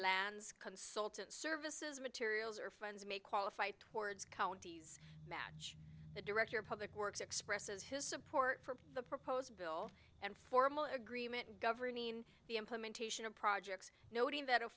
lands consultant services materials or funds may qualify towards counties match the director of public works expresses his support for the proposed bill and formal agreement governing the implementation of projects noting that a